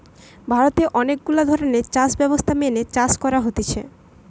ভারতে অনেক গুলা ধরণের চাষ ব্যবস্থা মেনে চাষ করা হতিছে